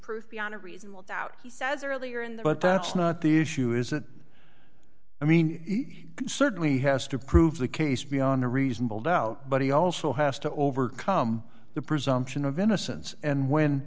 proof beyond a reasonable doubt he says earlier in the but that's not the issue isn't i mean he certainly has to prove the case beyond a reasonable doubt but he also has to overcome the presumption of innocence and when